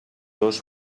dos